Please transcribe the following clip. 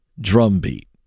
drumbeat